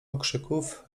okrzyków